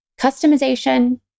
Customization